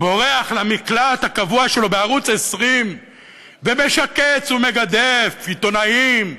בורח למקלט הקבוע שלו בערוץ 20 ומשקץ ומגדף עיתונאים,